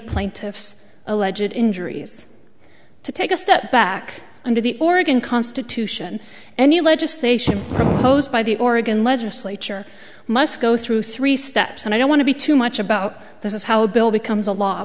plaintiffs a legit injuries to take a step back under the oregon constitution and you legislation proposed by the oregon legislature must go through three steps and i don't want to be too much about this is how a bill becomes a law